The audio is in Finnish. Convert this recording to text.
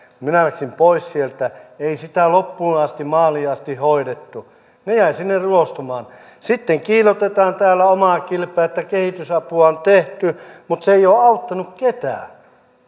minä läksin pois sieltä ei sitä loppuun asti maaliin asti hoidettu ne jäivät sinne ruostumaan sitten kiillotetaan täällä omaa kilpeä että kehitysapua on tehty mutta se ei ole auttanut ketään